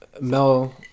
Mel